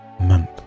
month